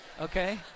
okay